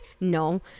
no